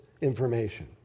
information